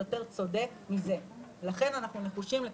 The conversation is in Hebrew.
ראו את התוכנית הכלכלית של ארה"ב ושל אירופה,